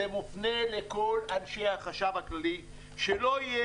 זה מופנה לכל אנשי החשב הכללי שלא יהיה